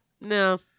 No